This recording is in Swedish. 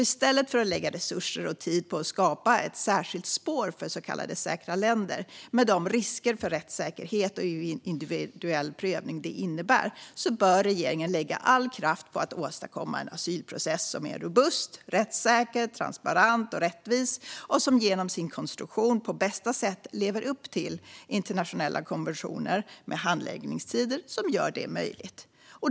I stället för att lägga resurser och tid på att skapa ett särskilt spår för så kallade säkra länder, med de risker för rättssäkerhet och individuell prövning det innebär, bör regeringen lägga all kraft på att åstadkomma en asylprocess som är robust, rättssäker, transparent och rättvis och som genom sin konstruktion på bästa sätt lever upp till internationella konventioner med handläggningstider som gör det möjligt.